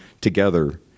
together